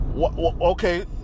Okay